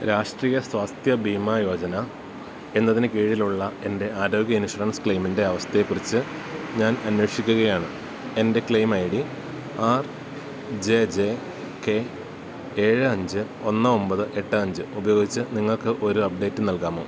രാഷ്ട്രീയ സ്വാസ്ഥ്യ ബീമാ യോജന എന്നതിന് കീഴിലുള്ള എൻ്റെ ആരോഗ്യ ഇൻഷുറൻസ് ക്ലെയിമിൻ്റെ അവസ്ഥയെക്കുറിച്ച് ഞാൻ അന്വേഷിക്കുകയാണ് എൻ്റെ claim I D R J J K ഏഴ് അഞ്ച് ഒന്ന് ഒമ്പത് എട്ട് അഞ്ച് ഉപയോഗിച്ച് നിങ്ങൾക്ക് ഒരു അപ്ഡേറ്റ് നൽകാമോ